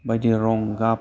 बायदि रं गाब